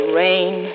rain